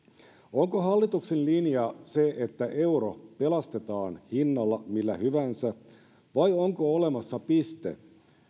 onko hallituksen linja se että euro pelastetaan hinnalla millä hyvänsä vai onko olemassa piste